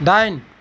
दाइन